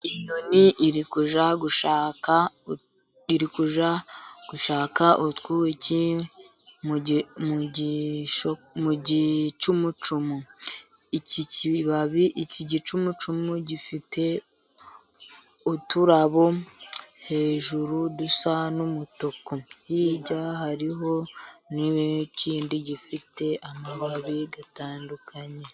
Inyoni iri kujya gushaka utwuki mu gicumucumu. Iki gicumucumu gifite uturabo hejuru dusa n'umutuku ,hirya hariho n'ikindi gifite amababi atandukanye.